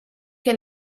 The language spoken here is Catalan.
que